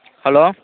hello